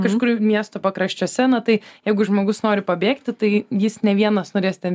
kažkur miesto pakraščiuose na tai jeigu žmogus nori pabėgti tai jis ne vienas norės ten